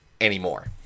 anymore